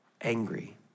angry